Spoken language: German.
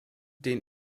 den